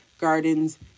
Gardens